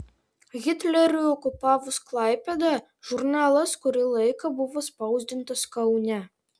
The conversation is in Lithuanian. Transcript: hitleriui okupavus klaipėdą žurnalas kurį laiką buvo spausdintas kaune